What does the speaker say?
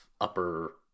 upper